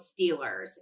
Steelers